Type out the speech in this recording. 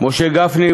משה גפני,